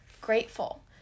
grateful